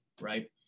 right